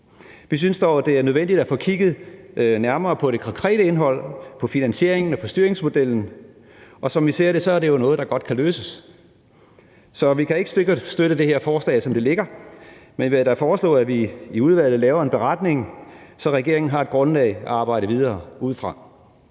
Vi synes dog, det er nødvendigt at få kigget nærmere på det konkrete indhold, på finansieringen og på styringsmodellen, og som vi ser det, er det jo noget, der godt kan løses. Så vi kan ikke støtte det her forslag, som det ligger, men jeg vil da foreslå, at vi i udvalget laver en beretning, så regeringen har et grundlag at arbejde videre ud fra.